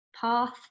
path